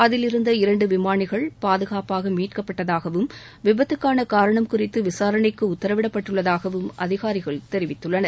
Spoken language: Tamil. அதிலிருந்த இரண்டு விமாளிகள் பாதுகாப்பாக மீட்கப்பட்டதாகவும் விபத்துக்காள காரணம் குறித்து விசாரணைக்கு உத்தரவிடப்பட்டுள்ளதாகவும் அதிகாரிகள் தெரிவித்துள்ளனர்